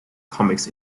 comics